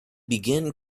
begin